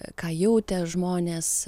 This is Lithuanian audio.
ką jautė žmonės